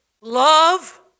Love